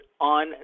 on